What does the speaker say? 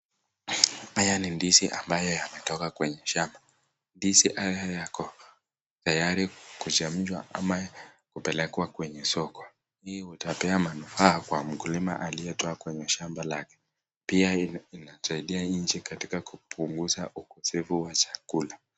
Haya ni ndizi ambayo yametoka kwenye shamba, ndizi haya yako tayari kuchemshwa ama kupelekwa kwenye soko. Hii itapea manufaa kwa mkukulima aliye toa kwenye shamba lake. Pia inasaidia nchi katika kupunguza ikosefu wa chakula.